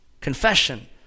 confession